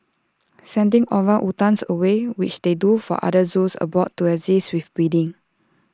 sending orangutans away which they do for other zoos abroad to assist with breeding